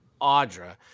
audra